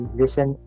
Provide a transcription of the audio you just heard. listen